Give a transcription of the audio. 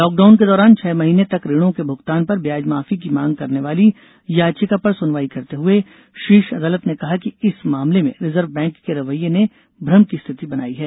lockdown के दौरान छह महीने तक ऋणों के भुगतान पर ब्याज माफी की मांग करने वाली याचिका पर सुनवाई करते हए शीर्ष अदालत ने कहा है कि इस मामले में रिजर्व बैंक के रवैये ने भ्रम की स्थिति बनाई है